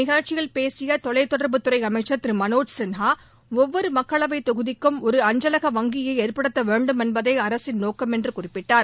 நிகழ்ச்சியில் பேசிய தொலைத்தொடர்பு துறை அமைச்சர் திரு மனோஜ்சின்ஹா ஒவ்வொரு மக்களவைத் தொகுதிக்கும் ஒரு அஞ்சலக வங்கியை ஏற்படுத்தவேண்டும் என்பதே அரசின் நோக்கம் என்று குறிப்பிட்டார்